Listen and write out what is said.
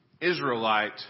Israelite